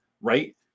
right